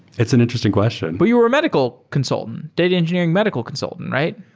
it's an interesting question. but you're a medical consultant. data engineering medical consultant, right?